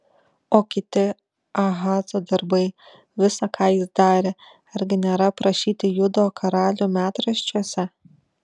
o kiti ahazo darbai visa ką jis darė argi nėra aprašyti judo karalių metraščiuose